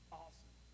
awesome